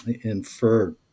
inferred